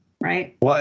right